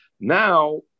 now